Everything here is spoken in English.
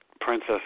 Princess